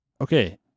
okay